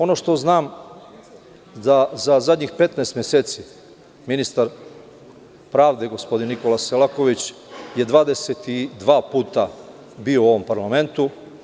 Ono što znam da za zadnjih 15 meseci ministar pravde, gospodin Nikola Selaković, je 22 puta bio u ovom parlamentu.